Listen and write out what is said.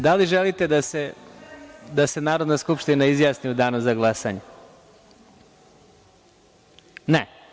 Da li želite da se Narodna skupština izjasni u danu u glasanje? (Vjerica Radeta: Ne.) Ne.